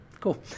Cool